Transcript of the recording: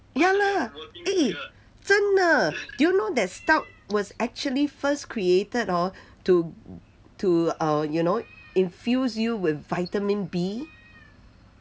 ya lah eh 真的 do you know that stout was actually first created orh to to our you know infuse you with vitamin b